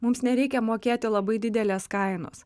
mums nereikia mokėti labai didelės kainos